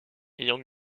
ayant